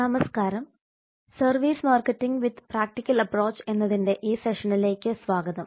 നമസ്കാരം service marketing with practical approach എന്നതിൻറെ ഈ സെഷനിലേക്ക് സ്വാഗതം